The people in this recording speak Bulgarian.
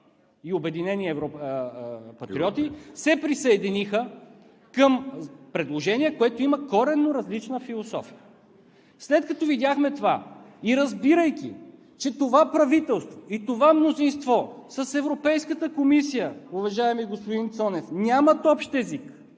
и Обединени патриоти се присъединиха към предложение, което има коренно различна философия. След като видяхме това и разбрирайки, че това правителство и това мнозинство с Европейската комисия, уважаеми господин Цонев, нямат общ език